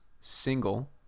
single